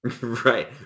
right